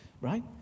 right